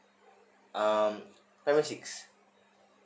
um primary six